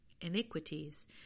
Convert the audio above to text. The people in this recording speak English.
iniquities